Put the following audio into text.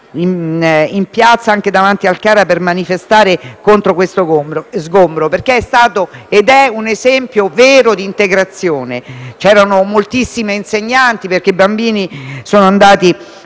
in piazza, anche davanti al CARA, per manifestare contro questo sgombero), che questa esperienza è stata, ed è, un esempio vero di integrazione. C'erano moltissimi insegnanti, perché i bambini sono andati